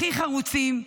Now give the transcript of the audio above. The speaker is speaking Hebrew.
הכי חרוצים.